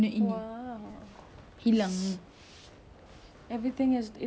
everything is it's a circle of life you know how we started is how we end